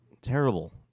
terrible